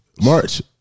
March